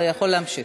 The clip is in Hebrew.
אתה יכול להמשיך.